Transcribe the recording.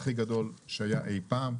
הכי גדול שהיה אי פעם.